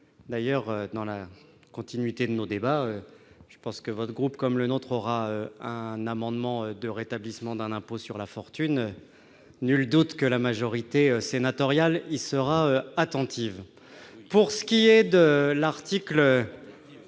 Sur l'ISF, dans la continuité de nos débats, je pense que votre groupe, comme le nôtre, présentera un amendement de rétablissement d'un impôt sur la fortune. Nul doute que la majorité sénatoriale y sera attentive ... Pour ce qui est de l'article